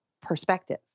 perspective